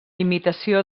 imitació